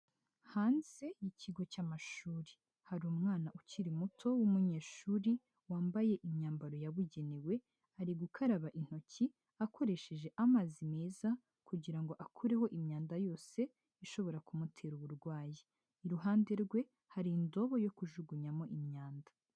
Hanze y'ikigo cy'amashuri, hari umwana ukiri muto w'umunyeshuri wambaye imyambaro yabugenewe, ari gukaraba intoki akoresheje amazi meza kugira ngo akureho imyanda yose ishobora kumutera uburwayi, iruhande rwe hari indobo yo kujugunyamo imyanda.